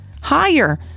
higher